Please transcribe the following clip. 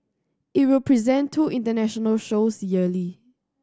it will present two international shows yearly